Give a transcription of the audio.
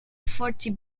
forty